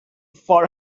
for